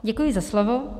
Děkuji za slovo.